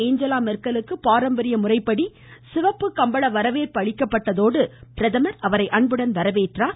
Angela மெர்க்கலுக்கு பாரம்பரிய முறைப்படி சிவப்பு கம்பள வரவேற்பு அளிக்கப்பட்டதோடு பிரதமர் அவரை அன்புடன் வரவேற்றார்